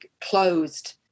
closed